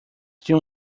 tinha